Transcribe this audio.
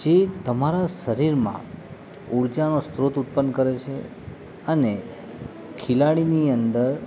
જે તમારા શરીરમાં ઉર્જાનો સ્રોત ઉત્પન્ન કરે છે અને ખેલાડીની અંદર